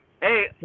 hey